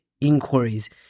inquiries